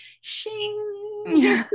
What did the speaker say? shing